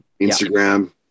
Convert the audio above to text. Instagram